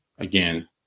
Again